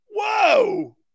Whoa